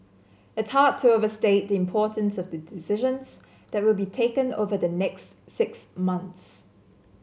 it's hard to overstate the importance of the decisions that will be taken over the next six months